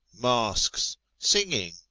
masks, singing,